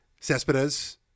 Cespedes